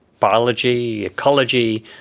biology, ecology,